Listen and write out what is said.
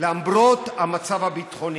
למרות המצב הביטחוני.